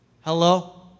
Hello